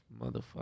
motherfucker